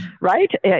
right